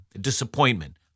disappointment